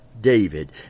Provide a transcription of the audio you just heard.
David